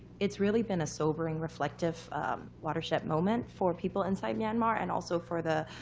it's really been a sobering, reflective watershed moment for people inside myanmar, and also for the